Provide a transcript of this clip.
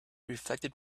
reflected